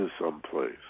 someplace